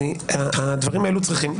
צריך לסיים את סבב השאלות.